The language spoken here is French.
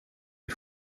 les